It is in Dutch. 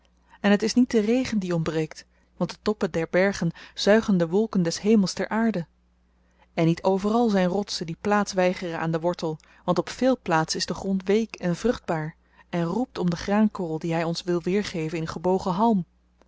en het is niet de regen die ontbreekt want de toppen der bergen zuigen de wolken des hemels ter aarde en niet overal zyn rotsen die plaats weigeren aan den wortel want op veel plaatsen is de grond week en vruchtbaar en roept om de graankorrel die hy ons wil weergeven in gebogen halm